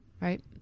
right